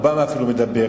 אובמה אפילו מדבר,